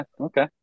Okay